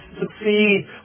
succeed